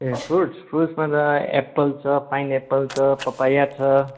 ए fruits फ्रुट्समा त apple छ पाइन एप्पल छ पपाया छ